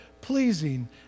pleasing